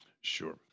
sure